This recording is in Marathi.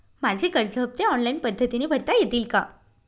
माझे कर्ज हफ्ते ऑनलाईन पद्धतीने भरता येतील का?